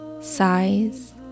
size